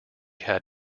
had